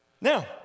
Now